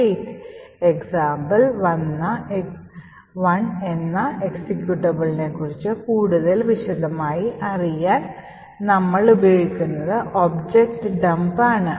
example1 എന്ന എക്സിക്യൂട്ടബിളിനെക്കുറിച്ച് കൂടുതൽ വിശദമായി അറിയാൻ നമ്മൾ ഉപയോഗിക്കുന്നത് ഒബ്ജക്റ്റ് Dump ആണ്